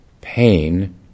pain